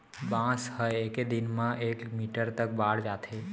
बांस ह एके दिन म एक मीटर तक बाड़ जाथे